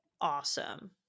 awesome